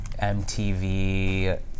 MTV